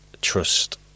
trust